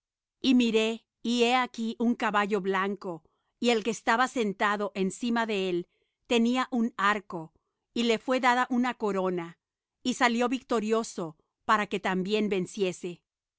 y miré y he aquí un caballo blanco y el que estaba sentado encima de él tenía un arco y le fué dada una corona y salió victorioso para que también venciese y